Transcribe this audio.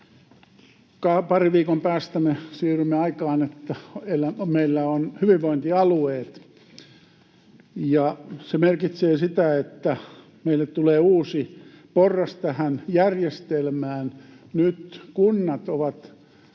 Parin viikon päästä me siirrymme aikaan, että meillä on hyvinvointialueet, ja se merkitsee sitä, että meille tulee uusi porras järjestelmään. Nyt kunnat ovat